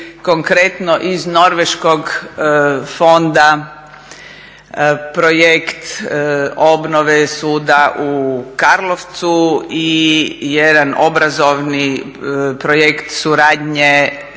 Konkretno, iz norveškog fonda projekt obnove Suda u Karlovcu i jedan obrazovni projekt suradnje